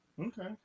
okay